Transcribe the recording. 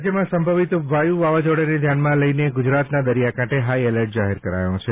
રાજ્યમાં સંભવિત વાયુ વાવાઝોડાને ધ્યાનમાં લઈ ગુજરાતના દરિયાકાંઠે હાઈ એલર્ટ જાહેર કરાયો છે